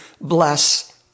bless